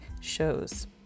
shows